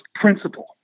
principle